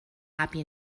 happy